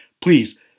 Please